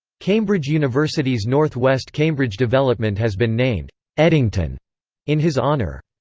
cambridge university's north west cambridge development has been named eddington in his honour.